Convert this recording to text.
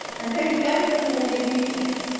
and so he goes to all these meetings.